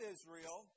Israel